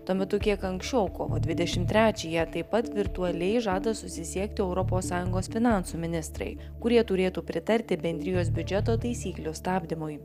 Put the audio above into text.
tuo metu kiek anksčiau kovo dvidešimt trečiąją taip pat virtualiai žada susisiekti europos sąjungos finansų ministrai kurie turėtų pritarti bendrijos biudžeto taisyklių stabdymui